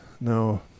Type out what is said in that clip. no